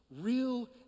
real